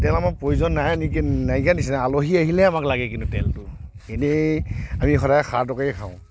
তেল আমাৰ প্ৰয়োজন নাই নেকি নাইকীয়া নিচিনা আলহী আহিলেহে আমাক লাগে কিন্তু তেলটো ইনেই আমি সদায় খাৰ তকাৰীয়েই খাওঁ